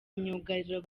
myugariro